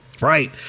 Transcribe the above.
Right